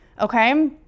okay